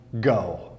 go